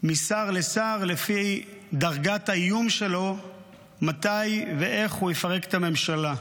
משר לשר לפי דרגת האיום שלו מתי ואיך הוא יפרק את הממשלה.